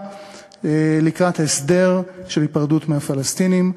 בו לקראת הסדר של היפרדות מהפלסטינים.